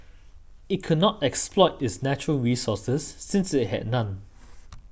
it could not exploit its natural resources since it had none